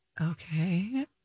Okay